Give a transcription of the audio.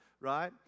Right